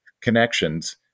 connections